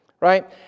Right